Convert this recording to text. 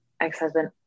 ex-husband